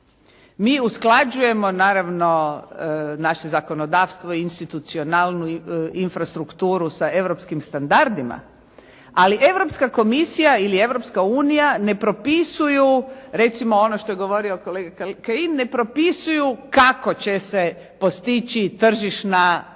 Mi usklađujemo naravno naše zakonodavstvo i institucionalnu infrastrukturu sa europskim standardima. Ali Europska komisija ili Europska unija ne propisuju recimo ono što je govorio kolega Kajin, ne propisuju kako će se postići tržišna efikasnost